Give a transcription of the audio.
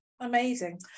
amazing